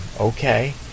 okay